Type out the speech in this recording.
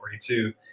42